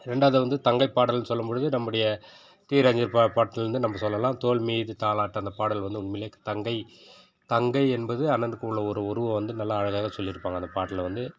ரெண்டாவதாக வந்து தங்கை பாடல்னு சொல்லும் பொழுது நம்முடைய டி ராஜேந்திரன் பாட் பாட்டிலேந்து நம்ம சொல்லலாம் தோள் மீது தாலாட்டு அந்த பாடல் வந்து உண்மையிலேயே தங்கை தங்கை என்பது அண்ணனுக்கு உள்ள ஒரு உறவை வந்து நல்ல அழகாக சொல்லியிருப்பாங்க அந்த பாட்டில் வந்து